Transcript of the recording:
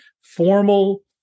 formal